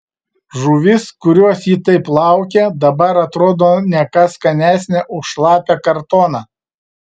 žuvis kurios ji taip laukė dabar atrodė ne ką skanesnė už šlapią kartoną